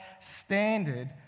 standard